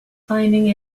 finding